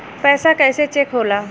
पैसा कइसे चेक होला?